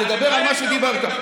תדבר על מה שדיברת.